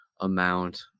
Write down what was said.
amount